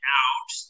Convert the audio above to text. out